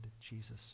Jesus